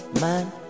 man